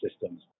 systems